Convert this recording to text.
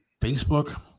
Facebook